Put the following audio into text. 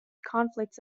conflicts